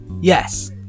Yes